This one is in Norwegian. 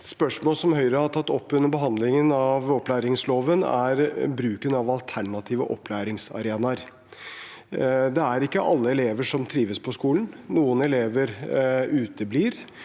spørsmål som Høyre har tatt opp under behandlingen av opplæringsloven, er bruken av alternative opplæringsarenaer. Det er ikke alle elever som trives på skolen, noen elever uteblir,